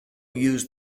use